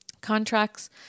contracts